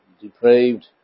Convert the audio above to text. depraved